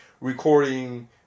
recording